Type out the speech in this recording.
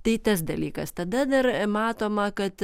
tai tas dalykas tada dar matoma kad